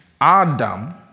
Adam